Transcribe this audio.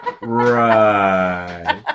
Right